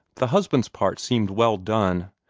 the husband's part seemed well done.